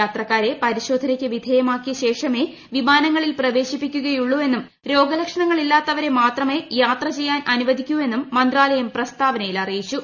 യാത്രക്കാരെ പരിശോധനയ്ക്കു വിധേയമാക്കിയ ശേഷമേ വിമാനങ്ങളിൽ പ്രവേശിപ്പിക്കുകയുള്ളൂ എന്നും രോഗലക്ഷണങ്ങളില്ലാത്തവരെ മാത്രമേ യാത്ര ചെയ്യാൻ അനുവദിക്കൂ എന്നും മന്ത്രാലയം പ്രസ്താവനയിൽ അറിയിച്ചു